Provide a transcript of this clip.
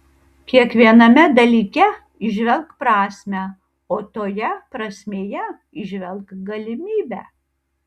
kiekviename dalyke įžvelk prasmę o toje prasmėje įžvelk galimybę